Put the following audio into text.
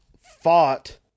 fought